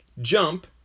Jump